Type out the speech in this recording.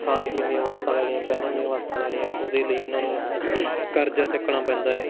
ਖਾਣ ਪੀਣ ਦੀਆਂ ਵਸਤਾਂ ਲੈਣੀਆਂ ਪਹਿਨਣ ਦੀਆਂ ਵਸਤਾਂ ਲੈਣੀਆਂ ਉਹਦੇ ਲਈ ਉਹਨਾਂ ਨੂੰ ਕਰਜਾ ਚੱਕਣਾ ਪੈਂਦਾ ਏ